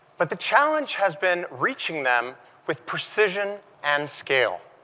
but the challenge has been reaching them with precision and scale.